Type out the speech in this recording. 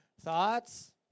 Thoughts